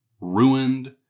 ruined